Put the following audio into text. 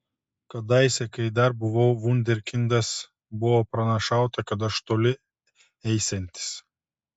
kadaise kai dar buvau vunderkindas buvo pranašauta kad aš toli eisiantis